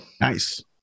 nice